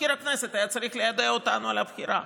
מזכיר הכנסת היה צריך ליידע אותנו על הבחירה.